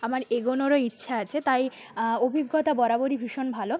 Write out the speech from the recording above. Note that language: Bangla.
আমার এগোনোরও ইচ্ছা আছে তাই অভিজ্ঞতা বরাবরই ভীষণ ভালো